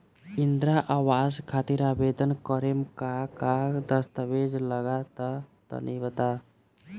इंद्रा आवास खातिर आवेदन करेम का का दास्तावेज लगा तऽ तनि बता?